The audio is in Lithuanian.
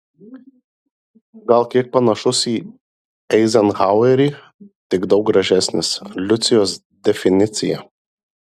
gal kiek panašus į eizenhauerį tik daug gražesnis liucijos definicija